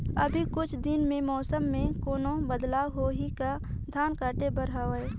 अभी कुछ दिन मे मौसम मे कोनो बदलाव होही का? धान काटे बर हवय?